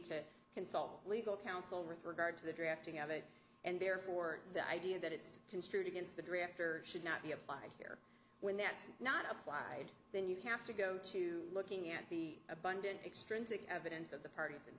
to consult legal counsel regard to the drafting of it and therefore the idea that it's construed against the drafter should not be applied here when that's not applied then you have to go to looking at the abundant extrinsic evidence of the parties